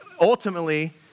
ultimately